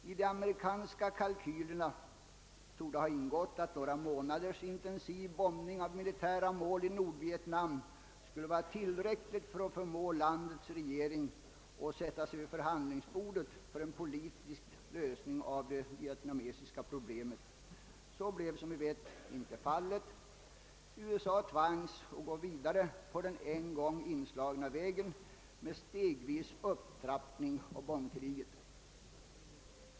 I de amerikanska kalkylerna torde ha ingått att några månaders intensiv bombning av militära mål i Nordvietnam skulle vara tillräckligt för att förmå landets regering att sätta sig vid förhandlingsbordet för en politisk lösning av det vietnamesiska problemet. Så blev som vi vet inte fallet. USA tvangs att gå vidare på den en gång inslagna vägen med stegvis upptrappning av bombkriget.